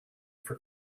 for